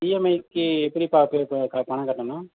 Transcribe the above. இஎம்ஐக்கு எப்படி பார்க்குறது ப பணம் கட்டணும்